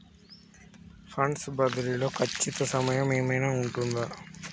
Funds బదిలీ లో ఖచ్చిత సమయం ఏమైనా ఉంటుందా?